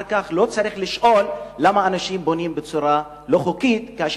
אחר כך לא צריך לשאול למה אנשים בונים בצורה לא חוקית.